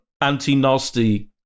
anti-nasty